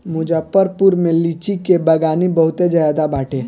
मुजफ्फरपुर में लीची के बगानी बहुते ज्यादे बाटे